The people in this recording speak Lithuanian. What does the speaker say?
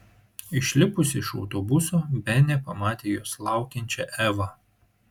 išlipusi iš autobuso benė pamatė jos laukiančią evą